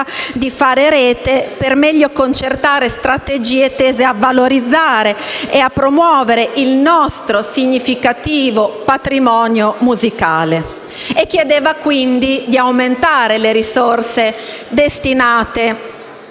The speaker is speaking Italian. di fare rete per meglio concertare strategie tese a valorizzare e promuovere il nostro significativo patrimonio musicale; nonché di aumentare le risorse destinate